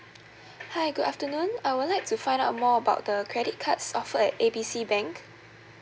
hi good afternoon I would like to find out more about the credit cards offered at A B C bank